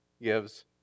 gives